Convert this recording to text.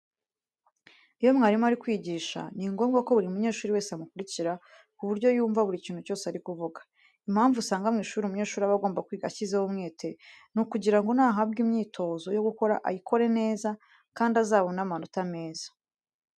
Iyo mwarimu ari kwigisha ni ngombwa ko buri munyeshuri wese amukurikira ku buryo yumva buri kintu cyose ari kuvuga. Impamvu usanga mu ishuri umunyeshuri aba agomba kwiga ashyizeho umwete, ni ukugira ngo nahabwa imyitozo yo gukora ayikore neza kandi azabone amanota meza.